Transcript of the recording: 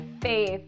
faith